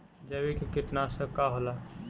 जैविक कीटनाशक का होला?